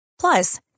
Plus